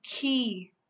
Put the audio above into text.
key